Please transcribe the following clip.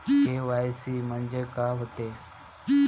KYC म्हंनजे का होते?